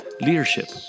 leadership